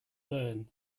burn